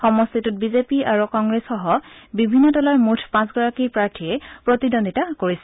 সমষ্টিটোত বিজেপি আৰু কংগ্ৰেছ সহ বিভিন্ন দলৰ মুঠ পাঁচ গৰাকী প্ৰাৰ্থীয়ে প্ৰতিদ্বন্দ্বিতা কৰিছে